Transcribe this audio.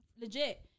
legit